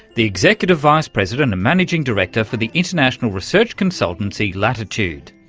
the executive vice president and managing director for the international research consultancy latitude.